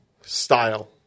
style